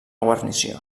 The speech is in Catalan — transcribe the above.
guarnició